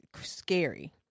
scary